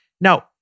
Now